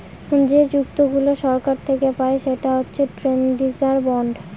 যে চুক্তিগুলা সরকার থাকে পায় সেটা হচ্ছে ট্রেজারি বন্ড